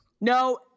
No